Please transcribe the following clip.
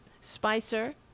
Spicer